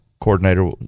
Coordinator